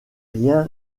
rien